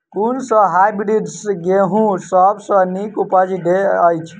कुन सँ हायब्रिडस गेंहूँ सब सँ नीक उपज देय अछि?